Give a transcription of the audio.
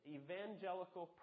evangelical